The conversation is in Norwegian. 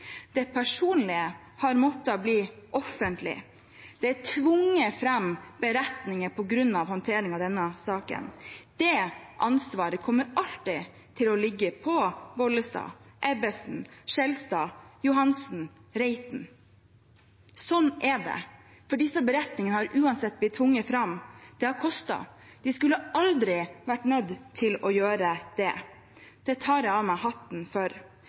Det personlige har måttet bli offentlig. Det er tvunget fram beretninger på grunn av håndteringen av denne saken. Det ansvaret kommer alltid til å ligge på statsråd Bollestad og representantene Ebbesen, Skjelstad, Ørsal Johansen og Reiten. Sånn er det, for disse beretningene har uansett blitt tvunget fram. Det har kostet. De skulle aldri vært nødt til å gjøre det. Jeg tar av meg hatten for